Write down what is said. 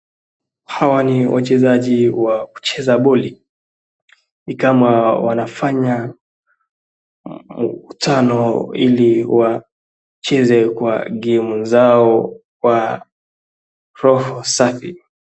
Hawa ni wachezaji wa kucheza bali, ni kama wanafanya mkutano ili wacheze kwa gemu zao kwa roho safi.